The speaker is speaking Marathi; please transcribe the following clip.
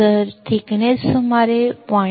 जर जाडी सुमारे 0